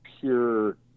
pure